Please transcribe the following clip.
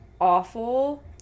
awful